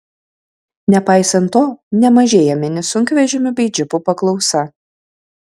nepaisant to nemažėja mini sunkvežimių bei džipų paklausa